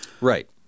Right